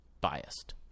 biased